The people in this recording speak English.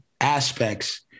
aspects